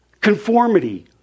Conformity